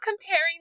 comparing